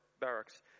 barracks